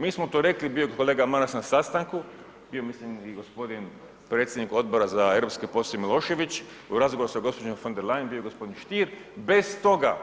Mi smo to rekli, bio je kolega Maras na sastanku, bio je mislim i gospodin predsjednik Odbora za europske poslove Milošević u razgovoru sa gospođom von der Leyen bio je gospodin Stier, bez toga